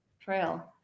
trail